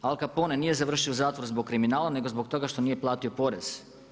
Al Capone nije završio u zatvoru zbog kriminala nego zbog toga što nije platio porez.